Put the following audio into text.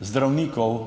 zdravnikov